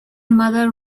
mother